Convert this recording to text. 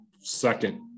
second